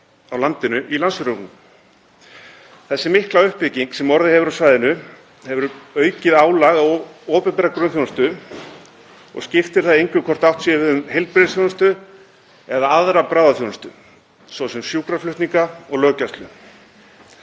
Sú mikla uppbygging sem orðið hefur á svæðinu hefur aukið álag á opinbera grunnþjónustu og skiptir þá engu hvort átt er við heilbrigðisþjónustu eða aðra bráðaþjónustu, svo sem sjúkraflutninga og löggæslu.